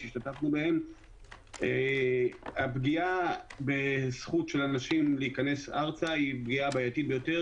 שהשתתפנו בהם - הפגיעה בזכות של אנשים להיכנס ארצה היא בעייתית ביותר,